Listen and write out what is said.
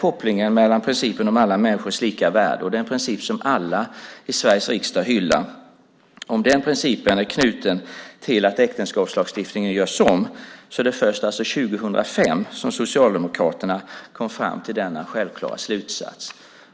Om principen om alla människors lika värde - den princip som alla i Sveriges riksdag hyllar - är knuten till att äktenskapslagstiftningen görs om var det alltså först 2005 som Socialdemokraterna kom fram till denna självklara slutsats.